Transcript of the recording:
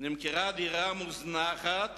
נמכרה דירה מוזנחת